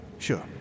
Sure